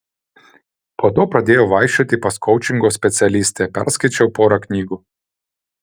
po to pradėjau vaikščioti pas koučingo specialistę perskaičiau porą knygų